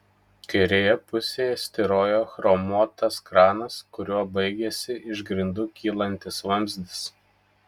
kairėje pusėje styrojo chromuotas kranas kuriuo baigėsi iš grindų kylantis vamzdis